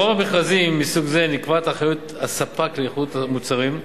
ברוב המכרזים מסוג זה נקבעת אחריות הספק לאיכות המוצרים,